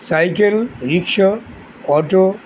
cycle rickshaw auto